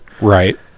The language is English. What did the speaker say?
Right